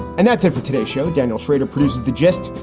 and that's it for today show, daniel shrader produces the gist,